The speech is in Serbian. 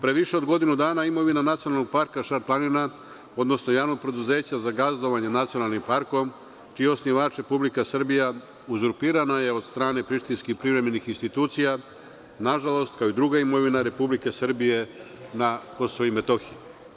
Pre više od godinu dana imovina „Nacionalnog parka Šar-planina“, odnosno javno preduzeće za gazdovanje nacionalnim parkom, čiji je osnivač Republika Srbija, uzurpirano je od strane prištinskih privremenih institucija, nažalost, kao i druga imovina Republike Srbije na KiM.